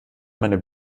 meine